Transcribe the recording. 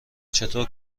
چطور